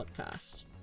podcast